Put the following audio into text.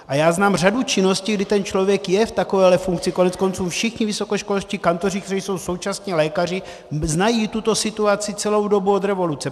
A já znám řadu činností, kdy ten člověk je v takovéhle funkci, koneckonců všichni vysokoškolští kantoři, kteří jsou současně lékaři, znají tuto situaci celou dobu od revoluce.